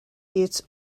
its